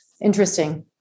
Interesting